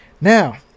Now